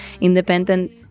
independent